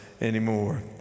anymore